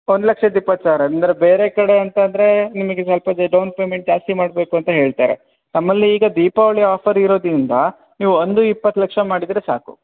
ಒಂದು ಲಕ್ಷದ ಇಪ್ಪತ್ತು ಸಾವಿರ ಅಂದರೆ ಬೇರೆ ಕಡೆ ಅಂತಾದರೆ ನಿಮಿಗೆ ಸ್ವಲ್ಪ ಡೋನ್ ಪೇಮೆಂಟ್ ಜಾಸ್ತಿ ಮಾಡ್ಬೇಕು ಅಂತ ಹೇಳ್ತಾರೆ ನಮ್ಮಲ್ಲಿ ಈಗ ದೀಪಾವಳಿ ಆಫರ್ ಇರೋದರಿಂದ ನೀವು ಒಂದು ಇಪ್ಪತ್ತು ಲಕ್ಷ ಮಾಡಿದರೆ ಸಾಕು